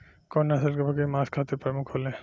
कउन नस्ल के बकरी मांस खातिर प्रमुख होले?